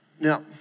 Now